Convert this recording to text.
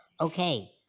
Okay